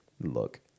Look